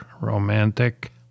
romantic